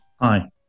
Hi